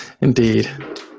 Indeed